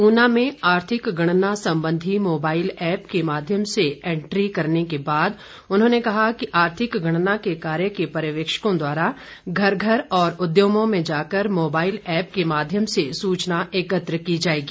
कल उना में आर्थिक गणना संबंधी मोबाइल एप के माध्यम से एंट्री करने के बाद उन्होंने कहा कि आर्थिक गणना के कार्य के पर्यवेक्षकों द्वारा घर घर और उद्यमों में जाकर मोबाइल एप के माध्यम से सुचना एकत्र की जाएगी